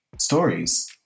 stories